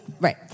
right